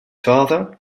father